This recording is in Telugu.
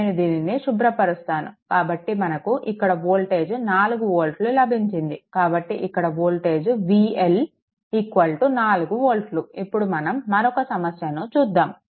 నేను దీనిని శుభ్రపరుస్తాను కాబట్టి మనకు ఇక్కడ వోల్టేజ్ 4 వోల్ట్లు లభించింది కాబట్టి ఇక్కడ వోల్టేజ్ VL 4 వోల్ట్లు ఇప్పుడు మనం మరొక సమస్యను చూద్దాము